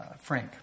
Frank